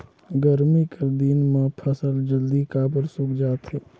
गरमी कर दिन म फसल जल्दी काबर सूख जाथे?